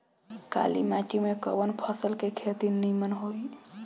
काली माटी में कवन फसल के खेती नीमन होई?